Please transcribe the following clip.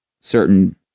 certain